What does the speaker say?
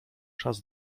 czas